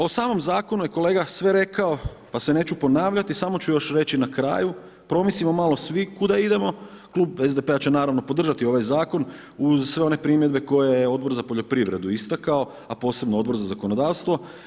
O samom zakonu, je kolega sve rekao, pa se neću ponavljati, samo ću još reći na kraju, promislimo malo svi kuda idemo, Klub SDP-a će naravno podržati ovaj zakon, uz sve one primjedbe koje je Odbor za poljoprivredu istakao, a posebno Odbor za zakonodavstvo.